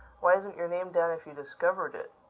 why isn't your name down if you discovered it?